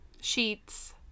sheets